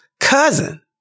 cousin